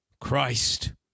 Christ